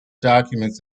documents